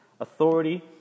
authority